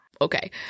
Okay